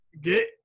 get